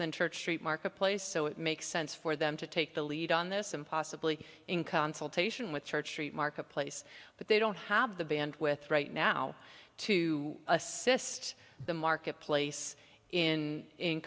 than church street marketplace so it makes sense for them to take the lead on this and possibly in consultation with church street marketplace but they don't have the bandwidth right now to assist the marketplace in in